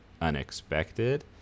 unexpected